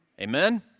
Amen